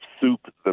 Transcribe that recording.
soup